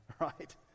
right